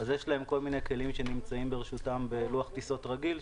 יש להן כל מיני כלים שנמצאות לרשותן בלוח טיסות רגיל,